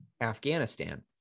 Afghanistan